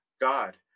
God